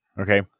Okay